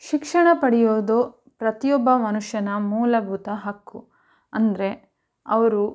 ಶಿಕ್ಷಣ ಪಡೆಯೋದು ಪ್ರತಿಯೊಬ್ಬ ಮನುಷ್ಯನ ಮೂಲಭೂತ ಹಕ್ಕು ಅಂದರೆ ಅವರು